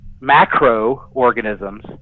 macro-organisms